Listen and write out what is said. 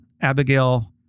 Abigail